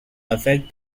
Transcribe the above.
affect